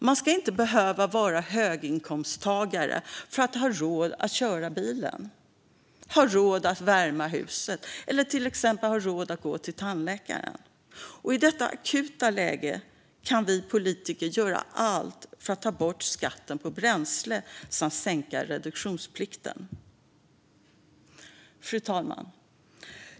Man ska inte behöva vara höginkomsttagare för att ha råd att köra bilen, ha råd att värma huset eller till exempel ha råd att gå till tandläkaren. I detta akuta läge kan vi politiker göra allt för att ta bort skatten på bränsle samt sänka reduktionsplikten. Fru talman!